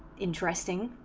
interesting